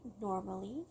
normally